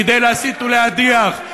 כדי להסית ולהדיח.